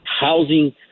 housing